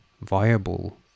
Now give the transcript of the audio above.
viable